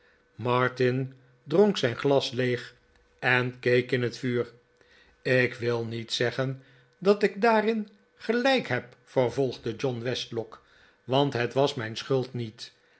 martin dronk zijn glas leeg en keek in het vuur ik wil niet zeggen dat ik daarin gelijk heb vervolgde john westlock want het was mijn schuld niet